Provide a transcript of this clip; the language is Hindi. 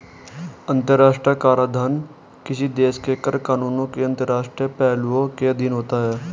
अंतर्राष्ट्रीय कराधान किसी देश के कर कानूनों के अंतर्राष्ट्रीय पहलुओं के अधीन होता है